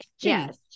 Yes